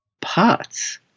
parts